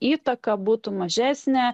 įtaka būtų mažesnė